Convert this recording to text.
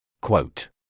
Quote